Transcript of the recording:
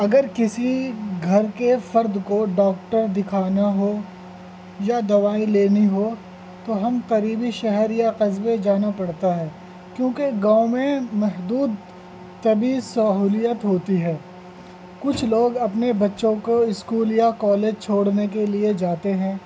اگر کسی گھر کے فرد کو ڈاکٹر دکھانا ہو یا دوائی لینی ہو تو ہم قریبی شہر یا قصبے جانا پڑتا ہے کیونکہ گاؤں میں محدود طبی سہولیت ہوتی ہے کچھ لوگ اپنے بچوں کو اسکول یا کالج چھوڑنے کے لیے جاتے ہیں